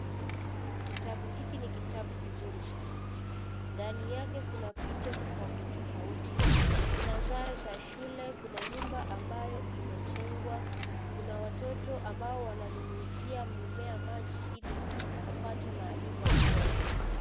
Kitabu hiki ni kitabu kizuri sana ndani yake kuna picha tofauti tofauti kuna sare za shule kuna nyumba ambayo imejengwa kuna watoto ambao wananyunyizia mimea maji ili wapate maarifa bora.